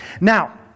Now